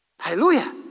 Hallelujah